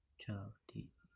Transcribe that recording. two a